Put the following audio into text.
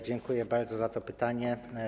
Dziękuję bardzo za to pytanie.